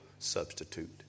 substitute